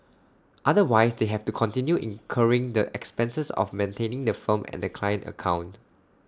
otherwise they have to continue incurring the expenses of maintaining the firm and the client account